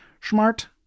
smart